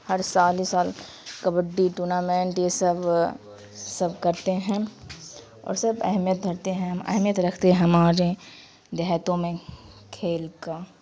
ہر سال ہی سال کبڈی ٹونامنٹ یہ سب سب کرتے ہیں اور سب اہمیت دھرتے ہیں اہمیت رکھتے ہیں ہمارے دیہاتوں میں کھیل کا